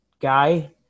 guy